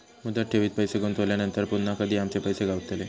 मुदत ठेवीत पैसे गुंतवल्यानंतर पुन्हा कधी आमचे पैसे गावतले?